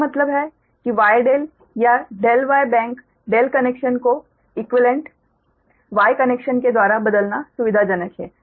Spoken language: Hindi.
मेरा मतलब है कि Y ∆ या ∆ Y बेंक ∆ कनेक्शन को इक्वीवेलेंट Y कनेक्शन के द्वारा बदलना सुविधाजनक है